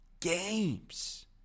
games